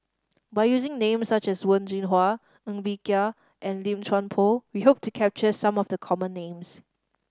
by using names such as Wen Jinhua Ng Bee Kia and Lim Chuan Poh we hope to capture some of the common names